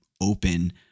open